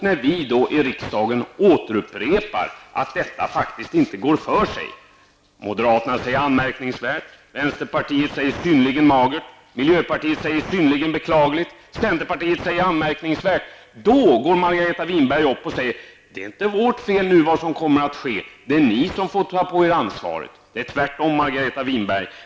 När vi i riksdagen återupprepar att detta faktiskt inte går för sig -- moderaterna säger anmärkningsvärt, vänsterpartiet säger synnerligen magert, miljöpartiet säger synnerligen beklagligt, centerpartiet säger anmärkningsvärt -- går Margareta Winberg upp i talarstolen och säger: Det är inte vårt fel vad som nu kommer att ske. Det är ni som får ta på er ansvaret. Det är tvärtom, Margareta Winberg.